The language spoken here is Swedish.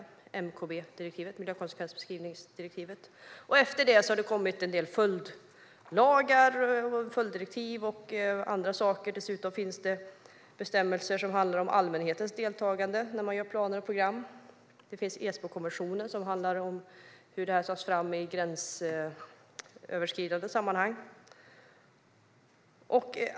Det andra är MKB-direktivet, miljökonsekvensbeskrivningsdirektivet. Efter det har det kommit en del följdlagar, följddirektiv och andra saker. Dessutom finns det bestämmelser som handlar om allmänhetens deltagande när man gör planer och program. Esbokonventionen finns - den handlar om hur detta tas fram i gränsöverskridande sammanhang.